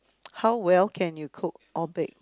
how well can you cook or bake